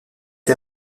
est